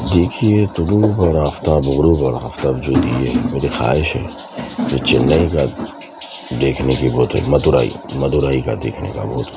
دیکھیے تو اور آفتاب غروب اور آفتاب جو دئیے میری خواہش ہے کہ چنئی کا دیکھنے کی بہت وہ مدرورئی مدورئی کا دیکھنے کا بہت